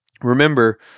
Remember